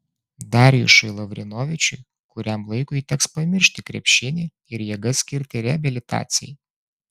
darjušui lavrinovičiui kuriam laikui teks pamiršti krepšinį ir jėgas skirti reabilitacijai